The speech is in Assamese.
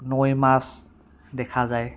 নৈ মাছ দেখা যায়